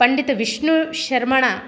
पण्डितविष्णु शर्मणा